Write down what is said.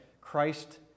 Christ